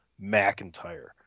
McIntyre